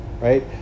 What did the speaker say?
right